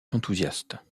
enthousiaste